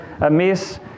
amiss